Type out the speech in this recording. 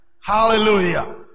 Hallelujah